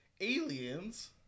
aliens